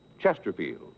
Chesterfield